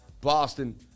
Boston